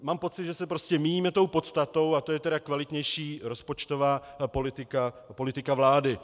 Mám pocit, že se prostě míjíme tou podstatou, a to je kvalitnější rozpočtová politika vlády.